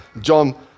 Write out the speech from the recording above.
John